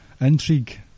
intrigue